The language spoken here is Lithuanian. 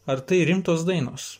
ar tai rimtos dainos